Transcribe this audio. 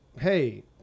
hey